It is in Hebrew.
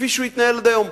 כפי שהוא התנהל עד היום.